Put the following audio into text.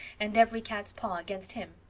and every cat's paw against him.